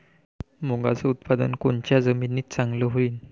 मुंगाचं उत्पादन कोनच्या जमीनीत चांगलं होईन?